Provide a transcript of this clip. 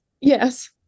Yes